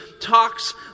talks